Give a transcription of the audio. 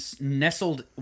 nestled